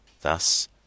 Thus